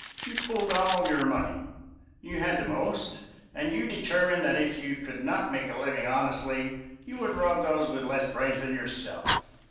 you pooled all your money you had the most and you determined that if you could not make a living honestly you would rob those with less brains than yourself.